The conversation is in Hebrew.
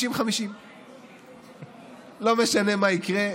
50 50. לא משנה מה יקרה,